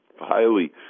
highly